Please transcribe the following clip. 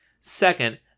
second